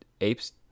apes